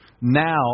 Now